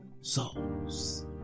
souls